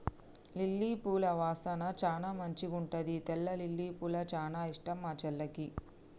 lily పూల వాసన చానా మంచిగుంటది తెల్ల లిల్లీపూలు చానా ఇష్టం మా చెల్లికి